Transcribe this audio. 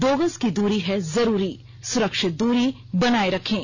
दो गज की दूरी है जरूरी सुरक्षित दूरी बनाए रखें